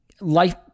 life